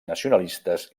nacionalistes